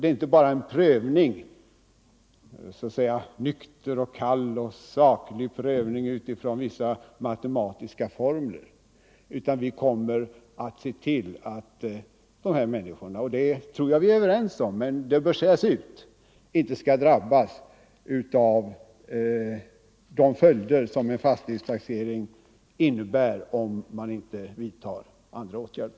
Det är inte bara fråga om en nykter, kall och saklig prövning utifrån vissa matematiska formler utan vi måste se till — och det tror jag vi är överens om, men det bör också sägas ut — att inte dessa människor skall drabbas av de följder som fastighetstaxeringen innebär om man inte vidtar särskilda åtgärder.